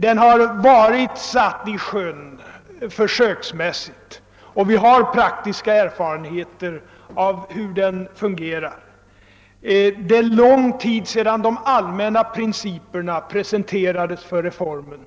Den har försöksmässigt »satts i sjön» och vi har praktiska erfarenheter av hur den fungerar. De allmänna principerna för reformen presenterades för lång tid sedan.